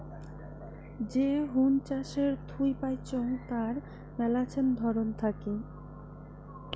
যে হুন চাষের থুই পাইচুঙ তার মেলাছেন ধরন থাকি